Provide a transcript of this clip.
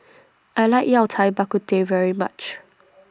I like Yao Cai Bak Kut Teh very much